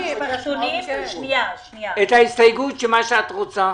את ההסתייגות של מה שאת רוצה.